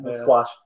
Squash